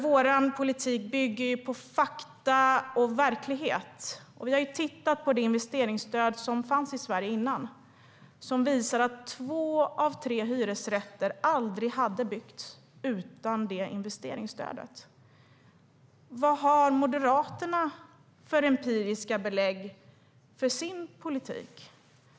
Vår politik bygger på fakta och verklighet, och vi kan se att utan det investeringsstöd som fanns tidigare hade två av tre hyresrätter aldrig byggts. Vad har Moderaterna för empiriska belägg för sin politik?